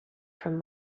from